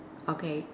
okay